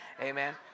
Amen